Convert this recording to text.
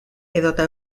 edota